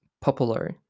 popular